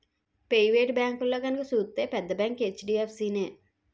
private బేంకుల్లో గనక సూత్తే పెద్ద బేంకు హెచ్.డి.ఎఫ్.సి నే